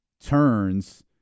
turns